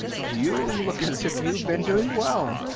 you look as if you have been doing well.